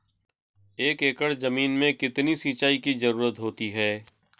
एक एकड़ ज़मीन में कितनी सिंचाई की ज़रुरत होती है?